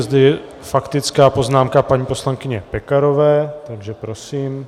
Je zde faktická poznámka paní poslankyně Pekarové, takže prosím.